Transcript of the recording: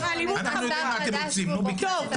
אנחנו יודעים מה אתם רוצים, בקיצור.